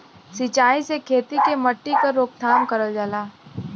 सिंचाई से खेती के मट्टी क रोकथाम करल जाला